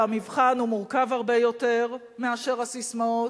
והמבחן הוא מורכב הרבה יותר מאשר הססמאות,